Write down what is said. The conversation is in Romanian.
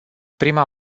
prima